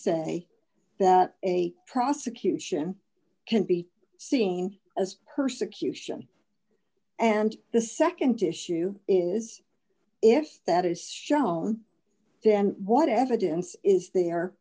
say that a prosecution can be seen as persecution and the nd issue is if that is shown then what evidence is there